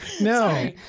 No